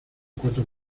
cuatro